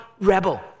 rebel